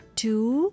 two